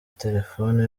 telefoni